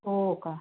हो का